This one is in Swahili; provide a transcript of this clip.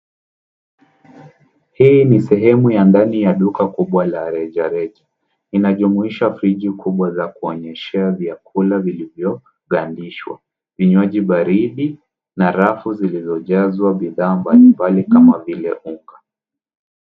Hii ni sehemu ya ndani ya duka kubwa la rejareja. Linajumuisha friji kubwa la kuonyeshea vyakula vilivyogandishwa, vinywaji baridi na rafu zilizojazwa bidhaa mbalimbali kama vile unga.